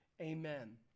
Amen